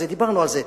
ודיברנו על זה.